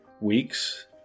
weeks